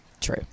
true